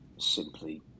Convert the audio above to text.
simply